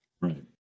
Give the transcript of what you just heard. Right